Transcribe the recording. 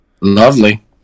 Lovely